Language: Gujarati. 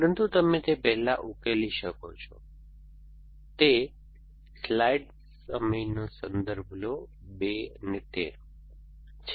પરંતુ તમે તે પહેલા ઉકેલી શકો છો તે છે